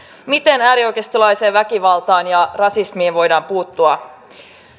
miten äärioikeistolaiseen väkivaltaan ja rasismiin voidaan puuttua